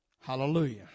Hallelujah